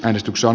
äänestyksen